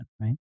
right